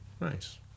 Nice